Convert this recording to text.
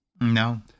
No